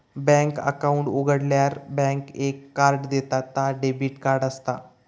bank account उघाडल्यार bank एक card देता ता डेबिट कार्ड असता